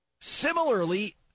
Similarly